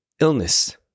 illness